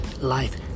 life